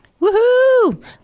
Woohoo